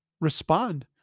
Respond